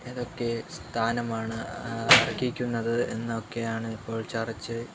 ഏതൊക്കെ സ്ഥാനമാണ് അര്ഹിക്കുന്നത് എന്നൊക്കെയാണ് ഇപ്പോള് ചര്ച്ച